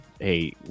hey